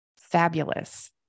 fabulous